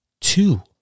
Two